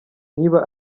niba